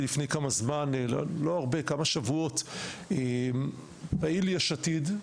לפני מספר שבועות ביקרתי פעיל ׳יש עתיד׳,